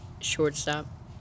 shortstop